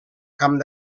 camp